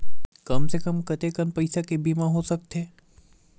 कम से कम कतेकन पईसा के बीमा हो सकथे?